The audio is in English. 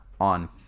on